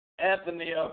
Anthony